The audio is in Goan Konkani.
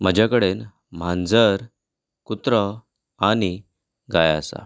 म्हजे कडेन माजर कुत्रो आनी गाय आसा